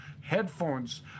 headphones